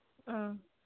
ꯎꯝ